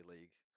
League